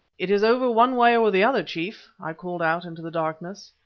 it is over one way or the other, chief, i called out into the darkness.